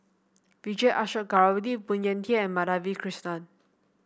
Vijesh Ashok Ghariwala Phoon Yew Tien and Madhavi Krishnan